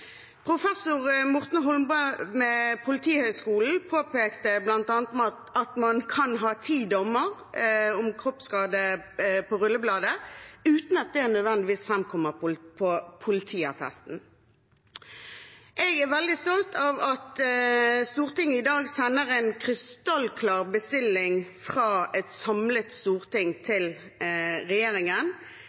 Professor Morten Holmboe ved Politihøgskolen påpekte bl.a. at man kan ha ti dommer om kroppsskade på rullebladet uten at det nødvendigvis framkommer på politiattesten. Jeg er veldig stolt over at Stortinget i dag sender en krystallklar bestilling fra et samlet storting til regjeringen.